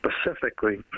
specifically